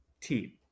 team